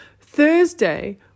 Thursday